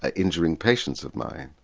ah injuring patients of mine.